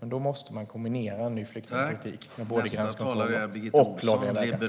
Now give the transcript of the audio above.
Men då måste man kombinera en ny flyktingpolitik med både gränskontroller och lagliga vägar.